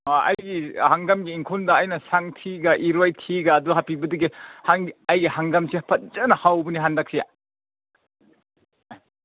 ꯑꯩꯒꯤ ꯍꯪꯒꯥꯝꯒꯤ ꯏꯪꯈꯣꯜꯗ ꯑꯩꯅ ꯁꯟꯊꯤꯒ ꯏꯔꯣꯏ ꯊꯤꯒ ꯑꯗꯨ ꯍꯥꯞꯄꯤꯕꯗꯒꯤ ꯑꯩꯒꯤ ꯍꯪꯒꯥꯝꯁꯤ ꯐꯖꯅ ꯍꯧꯕꯅꯤ ꯍꯟꯗꯛꯁꯤ